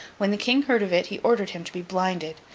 when the king heard of it he ordered him to be blinded,